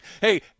hey